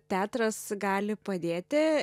teatras gali padėti